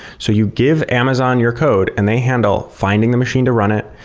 so you give amazon your code and they handle finding the machine to run it,